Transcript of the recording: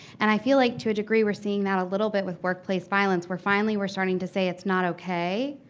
and i feel like to a degree we're seeing that a little bit with workplace violence where finally, we're starting to say it's not ok.